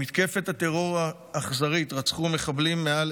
במתקפת הטרור האכזרית רצחו מחבלים מעל